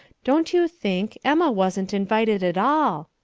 don't you think, emma wasn't invited at all,